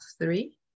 three